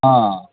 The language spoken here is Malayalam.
ആ